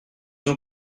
ont